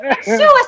suicide